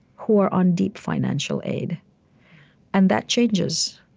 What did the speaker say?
who are on deep financial aid and that changes,